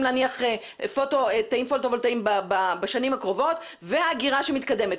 להניח תאים פוטו-וולטאים בשנים הקרובות והאגירה שמתקדמת.